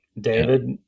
David